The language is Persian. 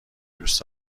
دوست